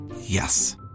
Yes